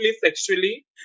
sexually